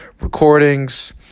recordings